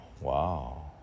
Wow